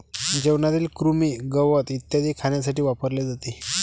जेवणातील कृमी, गवत इत्यादी खाण्यासाठी वापरले जाते